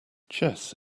chess